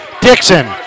Dixon